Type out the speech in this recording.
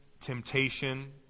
temptation